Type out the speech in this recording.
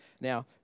Now